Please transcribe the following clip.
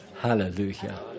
Hallelujah